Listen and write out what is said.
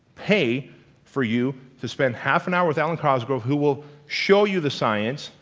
pay for you to spend half an hour with um and cosgrove, who will show you the science,